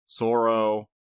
Soro